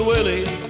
Willie